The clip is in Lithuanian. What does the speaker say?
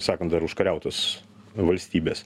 sakant dar užkariautos valstybės